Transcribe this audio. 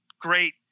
great